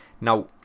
now